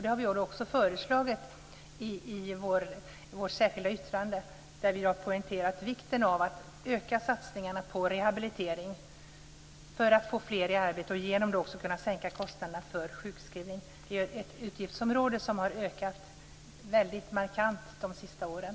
Detta har vi också föreslagit i vårt särskilda yttrande, där vi har poängterat vikten av att man ökar satsningarna på rehabilitering för att få fler i arbete. Då kan också kostnaderna för sjukskrivningar sänkas - ett utgiftsområde som har ökat väldigt markant under de senaste åren.